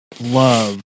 love